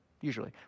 usually